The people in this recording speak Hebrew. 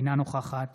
אינה נוכחת